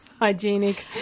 Hygienic